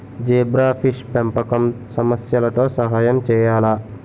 Zebrafish పెంపకం సమస్యలతో సహాయం చేయాలా?